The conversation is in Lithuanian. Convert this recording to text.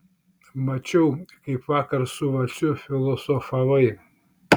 mačiau kaip vakar su vaciu filosofavai